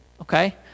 okay